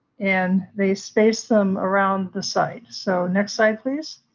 and they spaced them around the site. so, next slide please.